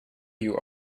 you